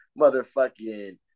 motherfucking